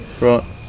right